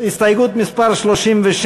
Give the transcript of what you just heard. הסתייגות 36,